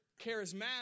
charismatic